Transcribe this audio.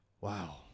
Wow